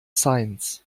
science